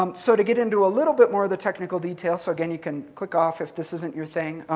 um so to get into a little bit more of the technical detail, so again, you can click off if this isn't your thing.